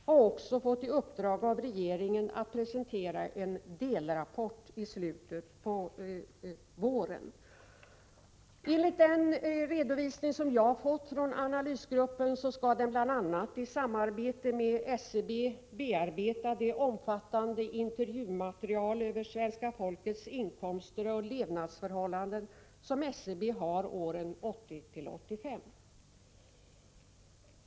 Den har vidare fått i uppdrag av regeringen att i slutet av våren presentera en delrapport. Enligt den redovisning som jag har fått från analysgruppen skall den bl.a. i samarbete med SCB bearbeta det omfattande intervjumaterial rörande svenska folkets inkomster och levnadsförhållanden som SCB har för åren 1980-1985.